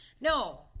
No